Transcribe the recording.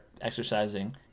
exercising